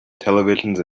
televisions